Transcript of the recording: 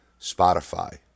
Spotify